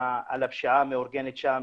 על הפשיעה המאורגנת שם.